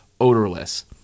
odorless